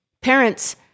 Parents